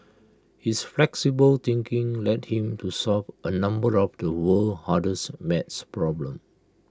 his flexible thinking led him to solve A number of the world's hardest math problems